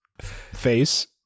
face